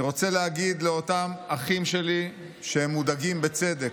אני רוצה להגיד לאותם אחים שלי שהם מודאגים בצדק.